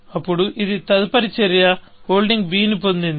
అప్పుడు ఇది తదుపరి చర్య హోల్డింగ్ b నీ పొందింది